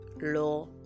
law